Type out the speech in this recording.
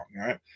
Right